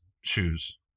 Shoes